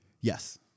Yes